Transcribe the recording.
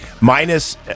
Minus